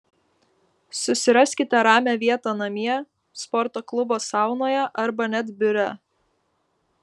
susiraskite ramią vietą namie sporto klubo saunoje arba net biure